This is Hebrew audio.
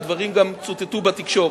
והדברים גם צוטטו בתקשורת.